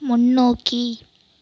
முன்னோக்கி